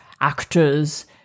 actors